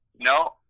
No